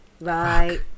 right